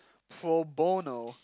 pro bono